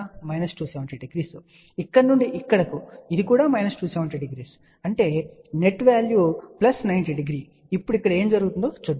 minus 270 ఇక్కడ నుండి ఇక్కడకు ఇక్కడకు ఇది కూడా మైనస్ 270 డిగ్రీ అంటే నెట్ విలువ ప్లస్ 90 డిగ్రీ ఇప్పుడు ఇక్కడ ఏమి జరుగుతుందో చూద్దాం